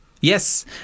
Yes